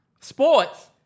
Sports